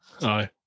Aye